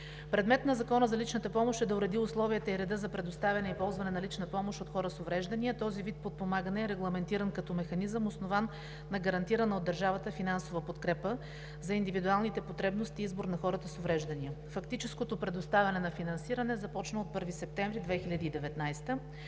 Предмет на Закона за личната помощ е да уреди условията и реда за предоставяне и ползване на лична помощ от хора с увреждания – този вид подпомагане е регламентиран като механизъм, основан на гарантирана от държавата финансова подкрепа за индивидуалните потребности и избор на хората с увреждания. Фактическото предоставяне на финансиране започна от 1 септември 2019 г.